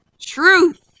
Truth